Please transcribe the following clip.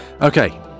Okay